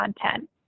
content